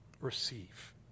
Receive